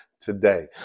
today